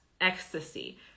ecstasy